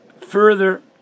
further